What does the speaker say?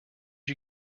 you